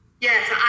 Yes